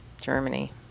Germany